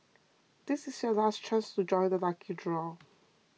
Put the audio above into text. this is your last chance to join the lucky draw